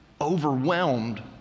overwhelmed